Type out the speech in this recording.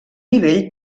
nivell